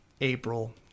April